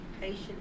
patient